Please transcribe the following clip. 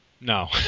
No